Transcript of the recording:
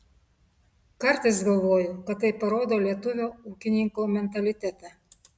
kartais galvoju kad tai parodo lietuvio ūkininko mentalitetą